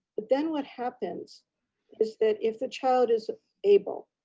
but then what happens is that if the child is able,